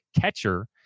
catcher